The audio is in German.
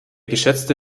geschätzte